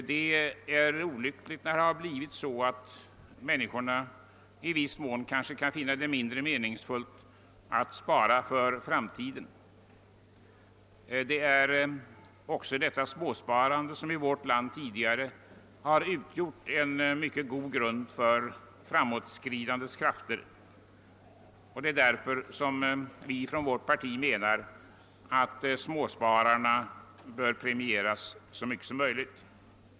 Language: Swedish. Det är olyckligt när det blivit så att människorna i viss mån kan finna det mindre meningsfullt att spara för framtiden. Småsparandet har ju i vårt land tidigare utgjort en mycket god grund för framåtskridandet, och det är därför som vi inom vårt parti menar att småspararna bör premieras så mycket som möjligt.